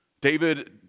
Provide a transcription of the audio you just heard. David